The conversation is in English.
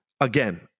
Again